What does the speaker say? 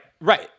Right